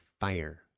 fire